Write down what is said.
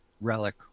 relic